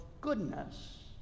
goodness